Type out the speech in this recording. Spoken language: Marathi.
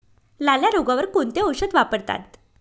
लाल्या रोगावर कोणते औषध वापरतात?